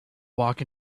walk